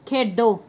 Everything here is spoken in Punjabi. ਖੇਡੋ